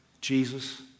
Jesus